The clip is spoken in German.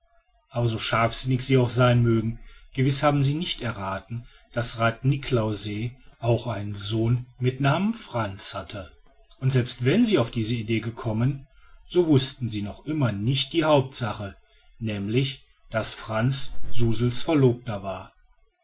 aber so scharfsichtig sie auch sein mögen gewiß haben sie nicht errathen daß rath niklausse auch einen sohn mit namen frantz hatte und selbst wären sie auf diese idee gekommen so wüßten sie noch immer nicht die hauptsache nämlich daß frantz suzel's verlobter war